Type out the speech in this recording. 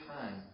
time